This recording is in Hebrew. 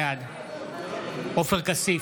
בעד עופר כסיף,